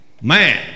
Man